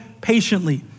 patiently